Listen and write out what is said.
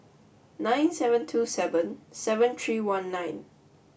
nine seven two seven seven three one nine